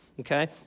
Okay